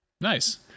Nice